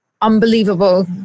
unbelievable